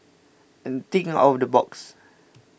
and thinks out of the box